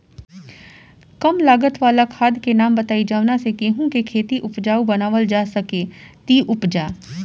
कम लागत वाला खाद के नाम बताई जवना से गेहूं के खेती उपजाऊ बनावल जा सके ती उपजा?